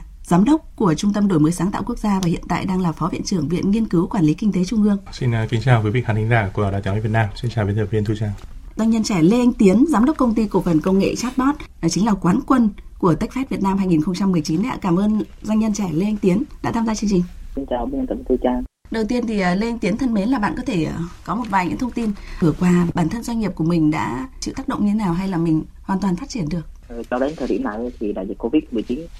Giám đốc của Trung tâm Đổi mới Sáng tạo Quốc gia và hiện tại đang là Phó Viện trưởng Viện Nghiên cứu Quản lý Kinh tế Trung ương. Xin, uh, kính chào quý vị khán thính giả của Đài Tiếng Nói Việt Nam. Xin chào biên tập viên Thu Trang. Doanh nhân trẻ Lê Anh Tiến, giám đốc công ty cổ phần công nghệ Chatbot, đó chính là quán quân của Techfest Việt Nam 2019 đấy ạ. Cảm ơn doanh nhân trẻ Lê Anh Tiến đã tham gia chương trình. Xin chào biên tập viên Thu Trang. Đầu tiên thì, uh, Lê Anh Tiến thân mến là bạn có thể, uh, có một vài những thông tin vừa qua bản thân doanh nghiệp của mình đã chịu tác động như thế nào hay là mình hoàn toàn phát triển được? Ờ, cho đến thời điểm này thì đại dịch COVID-19